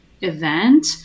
event